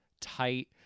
tight